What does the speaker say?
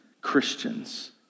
Christians